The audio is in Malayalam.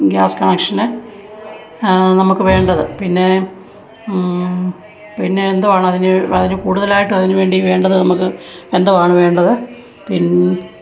ഗ്യാസ് കണക്ഷന് നമുക്ക് വേണ്ടത് പിന്നെ പിന്നെ എന്തുവാണ് അതിന് കൂടുതലായിട്ടതിനുവേണ്ടി വേണ്ടത് നമുക്ക് എന്തൊവാണ് വേണ്ടത് പിൻ